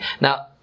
Now